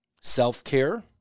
self-care